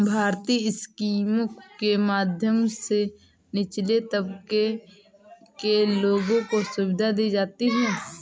भारतीय स्कीमों के माध्यम से निचले तबके के लोगों को सुविधा दी जाती है